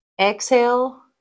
Exhale